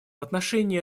отношении